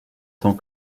tant